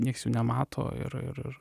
nieks nemato ir ir ir